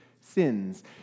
sins